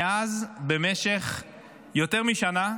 מאז, במשך יותר משנה,